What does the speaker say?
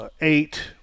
eight